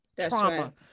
trauma